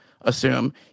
assume